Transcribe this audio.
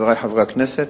חברי חברי הכנסת,